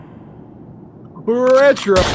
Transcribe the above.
Retro